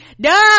Duh